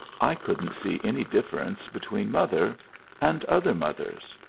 i couldn't see any difference between mother and other mothers.